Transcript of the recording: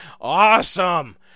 Awesome